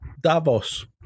Davos